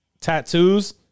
tattoos